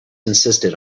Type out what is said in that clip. insisted